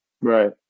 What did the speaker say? right